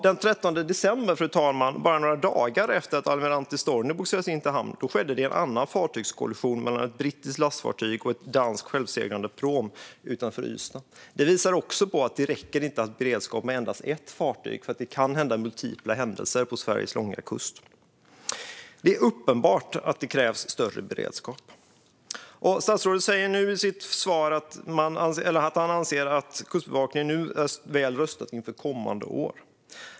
Den 13 december, bara några dagar efter att Almirante Storni bogserades in till hamn, skedde en annan fartygskollision mellan ett brittiskt lastfartyg och en dansk självseglande pråm utanför Ystad. Även detta visar på att det inte räcker att ha beredskap med endast ett fartyg, för det kan inträffa multipla händelser vid Sveriges långa kust. Det är uppenbart att det krävs större beredskap. Statsrådet sa i sitt svar att han anser att Kustbevakningen nu är väl rustad inför kommande år.